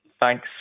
Thanks